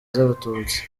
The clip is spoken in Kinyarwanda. z’abatutsi